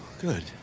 Good